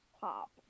pop